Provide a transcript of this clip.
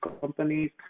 companies